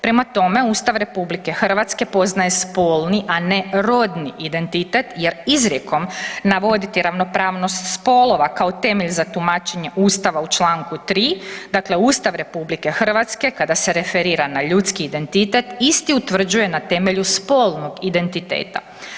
Prema tome, Ustav RH poznaje spolni, a ne rodni identitet jer izrekom navoditi ravnopravnost spolova kao temelj za tumačenje Ustava u čl. 3., dakle Ustav RH kada se referira na ljudski identitet isti utvrđuje na temelju spolnog identiteta.